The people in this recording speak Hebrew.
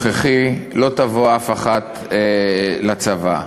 לא תבוא אף אחת מהן לצבא.